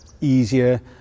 easier